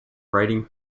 writing